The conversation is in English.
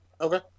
Okay